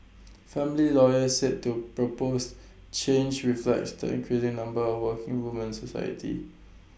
family lawyers said two proposed change reflects the increasing number of working women society